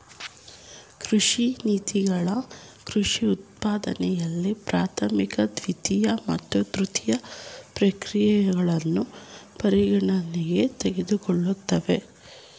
ಕೃಷಿ ನೀತಿಗಳು ಕೃಷಿ ಉತ್ಪಾದನೆಯಲ್ಲಿ ಪ್ರಾಥಮಿಕ ದ್ವಿತೀಯ ಮತ್ತು ತೃತೀಯ ಪ್ರಕ್ರಿಯೆಗಳನ್ನು ಪರಿಗಣನೆಗೆ ತೆಗೆದುಕೊಳ್ತವೆ